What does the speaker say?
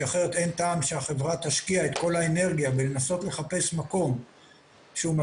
כי אחרת אין טעם שהחברה תשקיע את כל האנרגיה לנסות לחפש מקום שמתאים